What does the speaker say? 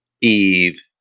Eve